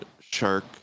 Shark